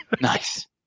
Nice